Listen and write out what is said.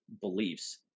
beliefs